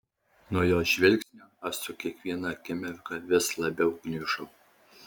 nuo jos žvilgsnio aš su kiekviena akimirka vis labiau gniužau